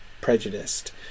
prejudiced